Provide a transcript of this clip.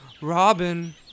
Robin